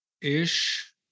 ish